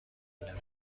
ببینم